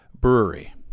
brewery